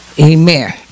Amen